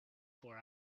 four